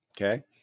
Okay